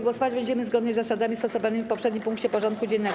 Głosować będziemy zgodnie z zasadami stosowanymi w poprzednim punkcie porządku dziennego.